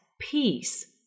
peace